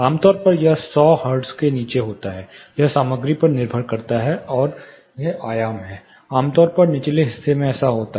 आमतौर पर यह 100 हर्ट्ज से नीचे होता है यह सामग्री पर निर्भर करता है और यह आयाम है आमतौर पर निचले हिस्से में ऐसा होता है